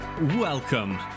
welcome